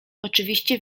oczywiście